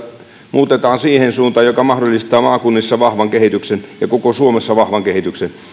muutetaan siihen suuntaan joka mahdollistaa maakunnissa vahvan kehityksen ja koko suomessa vahvan kehityksen